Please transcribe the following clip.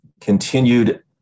continued